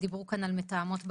דיברו כאן על מתאמות בקהילה,